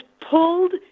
pulled